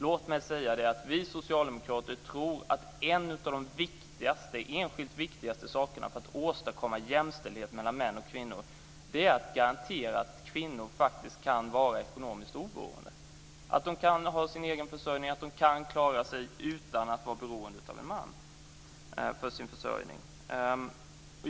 Låt mig säga att vi socialdemokrater tror att en av de enskilt viktigaste sakerna för att åstadkomma jämställdhet mellan män och kvinnor är att garantera att kvinnor faktiskt kan vara ekonomiskt oberoende, att de kan ha sin egen försörjning, att de kan klara sig utan att vara beroende av en man för sin försörjning.